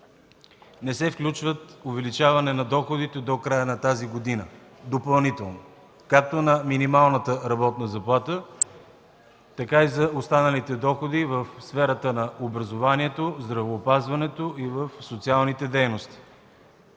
не се включва допълнително увеличаване на доходите за тази година, както на минималната работна заплата, така и на останалите доходи в сферата на образованието, здравеопазването и в социалните дейности.